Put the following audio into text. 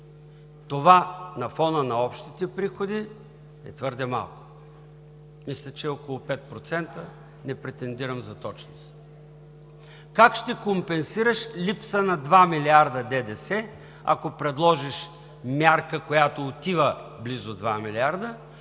Това на фона на общите приходи е твърде малко. Мисля, че е около 5% – не претендирам за точност. Как ще компенсираш липса на 2 милиарда ДДС, ако предложиш мярка, която отива на близо 2 милиарда,